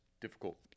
difficult